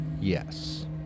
Yes